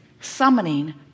summoning